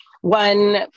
One